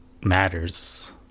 matters